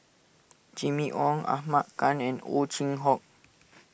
Jimmy Ong Ahmad Khan and Ow Chin Hock